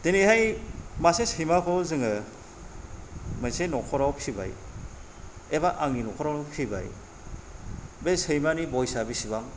दिनैहाय मासे सैमाखौ जोङो मोनसे न'खराव फिबाय एबा आंनि न'खरावनो फिबाय बे सैमानि बैसो बेसेबां